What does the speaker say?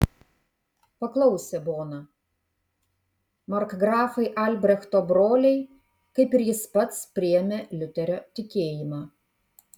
paklausė bona markgrafai albrechto broliai kaip ir jis pats priėmė liuterio tikėjimą